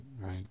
right